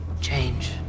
change